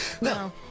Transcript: No